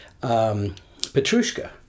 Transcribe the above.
Petrushka